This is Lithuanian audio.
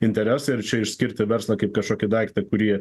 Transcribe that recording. interesai ir čia išskirti verslą kaip kažkokį daiktą kurį